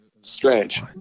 strange